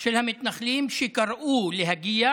של המתנחלים שקראו להגיע